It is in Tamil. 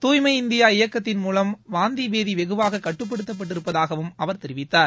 துய்மை இந்தியா இயக்கத்தின் மூவம் வாந்தி பேதி வெகுவாக கட்டுப்படுத்தப்பட்டிருப்பதாகவும் அவர் தெரிவித்தார்